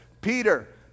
Peter